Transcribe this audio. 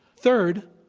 third,